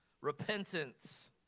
repentance